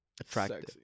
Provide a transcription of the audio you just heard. attractive